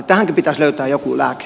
tähänkin pitäisi löytää joku lääke